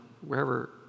wherever